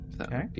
Okay